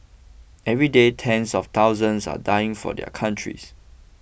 every day tens of thousands are dying for their countries